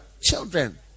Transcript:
children